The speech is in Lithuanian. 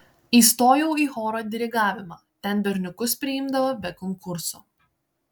įstojau į choro dirigavimą ten berniukus priimdavo be konkurso